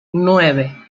nueve